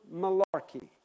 malarkey